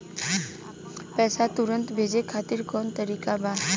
पैसे तुरंत भेजे खातिर कौन तरीका बा?